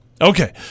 Okay